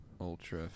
ultra